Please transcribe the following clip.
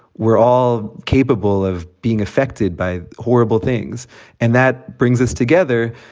we're all capable of being affected by horrible things and that brings us together.